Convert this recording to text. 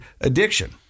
addiction